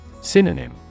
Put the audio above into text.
Synonym